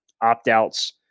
opt-outs